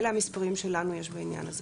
אלה המספרים שיש לנו בעניין הזה.